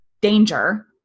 danger